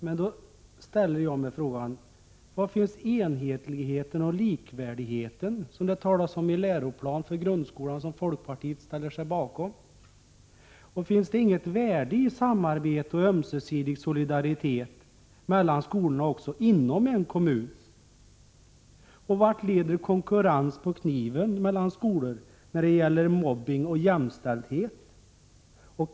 Men då vill jag fråga: Var finns den enhetlighet och likvärdighet som det talas om i Läroplan för grundskolan, vilken folkpartiet ställt sig bakom? Finns det inget värde i samarbete och ömsesidig solidaritet mellan skolorna också inom en kommun? Vart leder konkurrens på kniven mellan skolor när det gäller mobbning och jämställdhet?